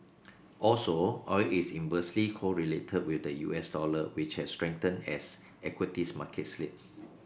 also oil is inversely correlated with the U S dollar which has strengthened as equities markets slid